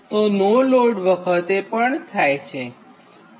તો no load વખતે થાય છે